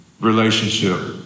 relationship